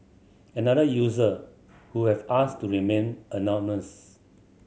another user who have asked to remain anonymous